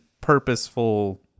purposeful